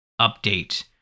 update